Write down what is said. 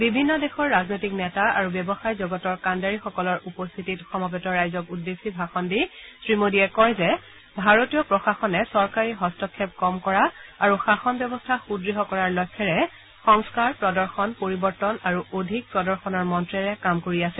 বিভিন্ন দেশৰ ৰাজনৈতিক নেতা আৰু ব্যৱসায় জগতৰ কাণ্ডাৰিসকলৰ উপস্থিতিত সমবেত ৰাইজক উদ্দেশ্যি ভাষণ দি শ্ৰীমোডীয়ে কয় যে ভাৰতীয় প্ৰশাসনে চৰকাৰী হস্তক্ষেপ কম কৰা আৰু শাসন ব্যৱস্থা সদ্য় কৰাৰ লক্ষ্যৰে সংস্থাৰ প্ৰদৰ্শন পৰিৱৰ্তন আৰু অধিক প্ৰদৰ্শনৰ মন্ত্ৰেৰে কাম কৰি আছে